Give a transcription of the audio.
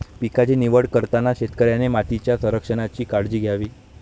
पिकांची निवड करताना शेतकऱ्याने मातीच्या संरक्षणाची काळजी घ्यावी